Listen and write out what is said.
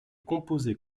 composés